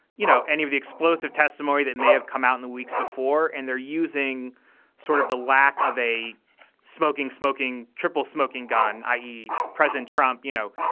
you know, any of the explosive testimony that may have come out in the weeks before. and they're using sort of the lack of a smoking, smoking, triple smoking gun, i e. president trump, you know,